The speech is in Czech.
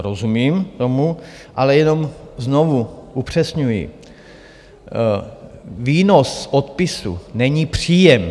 Rozumím tomu, ale jenom znovu upřesňuji: výnos z odpisů není příjem.